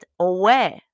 away